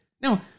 Now